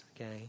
okay